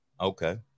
Okay